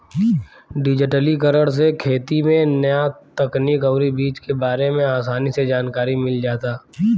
डिजिटलीकरण से खेती में न्या तकनीक अउरी बीज के बारे में आसानी से जानकारी मिल जाता